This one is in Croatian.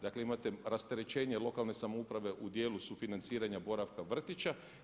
Dakle, imate rasterećenje lokalne samouprave u dijelu sufinanciranja boravka vrtića.